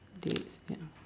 dates ya